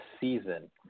season